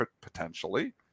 potentially